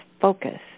focus